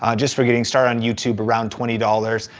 ah just for getting started on youtube, around twenty dollars.